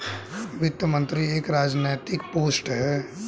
वित्त मंत्री एक राजनैतिक पोस्ट है